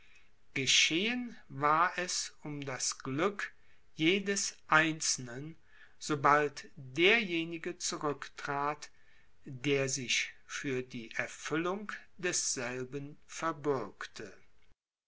geschehen war es um das glück jedes einzelnen sobald derjenige zurücktrat der sich für die erfüllung desselben verbürgte